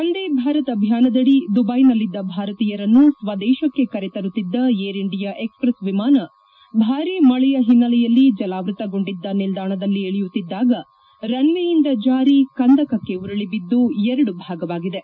ವಂದೇ ಭಾರತ ಅಭಿಯಾನದಡಿ ದುಬೈನಲ್ಲಿದ್ದ ಭಾರತೀಯರನ್ನು ಸ್ವದೇಶಕ್ಕೆ ಕರೆತರುತ್ತಿದ್ದ ಏರ್ ಇಂಡಿಯಾ ಎಕ್ಸಪ್ರೆಸ್ ವಿಮಾನ ಭಾರಿ ಮಳೆಯ ಹಿನ್ನೆಲೆಯಲ್ಲಿ ಜಲಾವೃತಗೊಂಡಿದ್ದ ನಿಲ್ದಾಣದಲ್ಲಿ ಇಳಯುತ್ತಿದ್ದಾಗ ರನ್ವೇಯಿಂದ ಜಾರಿ ಕಂದಕಕ್ಕೆ ಉರುಳಿಬಿದ್ದು ಎರಡು ಭಾಗವಾಗಿದೆ